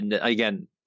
again